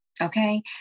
Okay